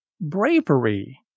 bravery